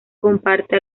comparte